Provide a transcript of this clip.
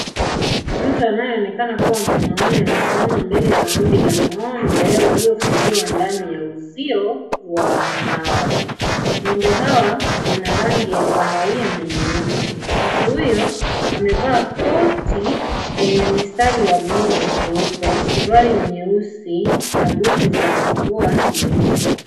Mtu anayeonekana kuwa mwanaume amesimama mbele ya kundi la ng'ombe, waliofungiwa ndani ya uzio wa mbao. Ng'ombe hawa wana rangi ya kahawia na nyeupe. Mtu uyo amevaa koti lenye mistari ya bluu na nyeupe, suruali nyeusi na buti za mvua nyeusi.